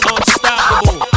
Unstoppable